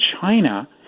China